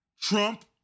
Trump